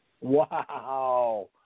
Wow